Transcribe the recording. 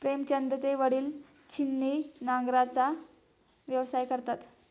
प्रेमचंदचे वडील छिन्नी नांगराचा व्यवसाय करतात